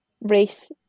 race